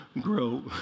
grow